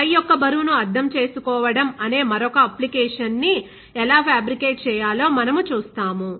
fly యొక్క బరువును అర్థం చేసుకోవడం అనే మరొక అప్లికేషన్ ని ఎలా ఫ్యాబ్రికేట్ చేయాలో మనము చూస్తాము